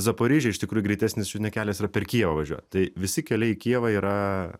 zaporyžę iš tikrųjų greitesnis čiut ne kelias yra per kijevą važiuot tai visi keliai į kijevą yra